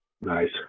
nice